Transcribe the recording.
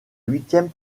huitième